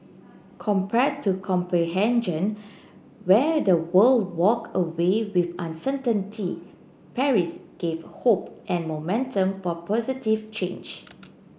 compared to Copenhagen where the world walked away with uncertainty Paris gave hope and momentum for positive change